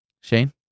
Shane